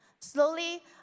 Slowly